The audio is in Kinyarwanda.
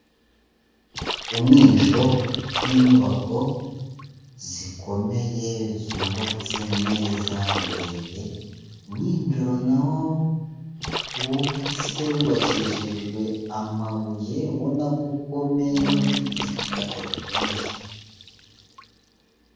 Umwinjiro w'inyubako zikomeye zubatse neza ndende, umwinjiro na wo wubatse wubakishijwe amabuye ubona ko ukomeye ufite ikaro rikomeye.